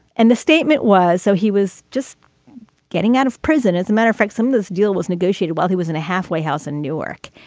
and the statement was so he was just getting out of prison. as a matter of fact, some this deal was negotiated while he was in a halfway house in newark,